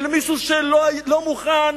אל מישהו שלא מוכן,